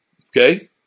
Okay